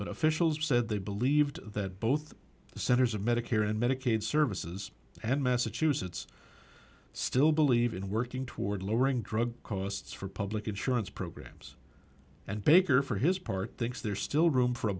but officials said they believed that both the centers of medicare and medicaid services and massachusetts still believe in working toward lowering drug costs for public insurance programs and baker for his part thinks there's still room for a